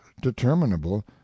determinable